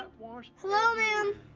ah hello ma'am.